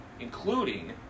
including